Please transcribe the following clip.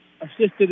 Assisted